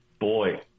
boy